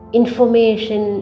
information